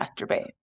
masturbate